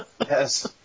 Yes